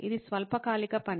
ఇది స్వల్పకాలిక పని